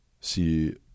See